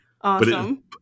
Awesome